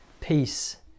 peace